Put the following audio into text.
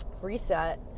reset